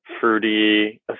fruity